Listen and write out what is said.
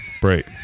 Break